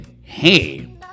hey